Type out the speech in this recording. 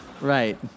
Right